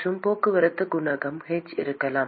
மற்றும் போக்குவரத்து குணகம் h இருக்கலாம்